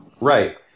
Right